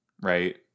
right